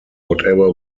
whatever